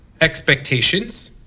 expectations